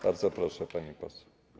Bardzo proszę, pani poseł.